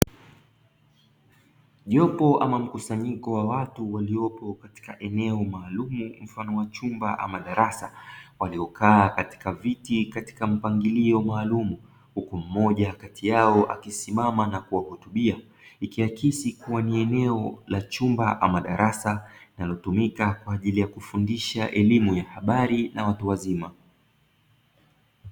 Jopo ama mkusanyiko wa watu waliopo katika eneo maalumu mfano wa chumba ama darasa waliokaa katika viti katika mpangilio maalumu huku mmoja kati yao akisimama na kuwahutubia ikiakisi kuwa ni eneo la chumba ama darasa linalotumika kwa ajili ya kufundisha elimu ya habari na watu wazima.